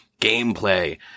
gameplay